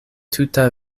tuta